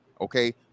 okay